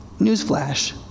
Newsflash